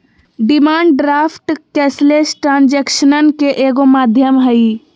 demand draft cashless ट्रांजेक्शनन के एगो माध्यम हइ